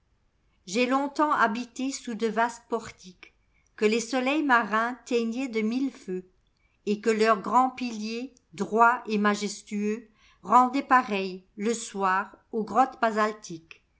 tai longtemps habité sous de vastes portiquesque les soleils marins teignaient de mille feux et que leurs grands piliers droits et majestueux rendaient pareils le soir aux grottes basaltiques